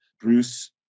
Bruce